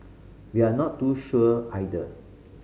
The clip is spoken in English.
we are not too sure either